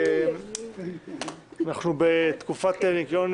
הצ"ח התכנית להבראת כלכלת ישראל (תיקוני חקיקה להשגת